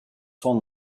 sans